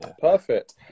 Perfect